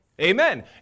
Amen